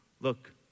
Look